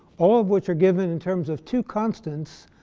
all of which are given in terms of two constants,